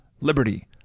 liberty